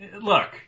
look